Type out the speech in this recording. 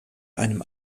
einem